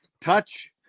touch